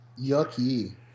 Yucky